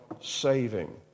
saving